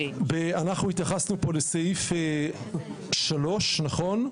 אנחנו התייחסנו פה לסעיף 3, נכון?